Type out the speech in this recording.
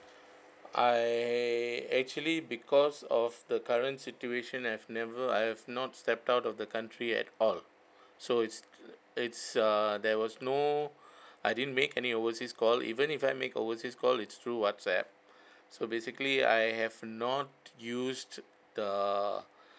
I actually because of the current situation I have never I have not stepped out of the country at all so it's it's err there was no I didn't make any overseas call even if I make overseas call it's through whatsapp so basically I have not used the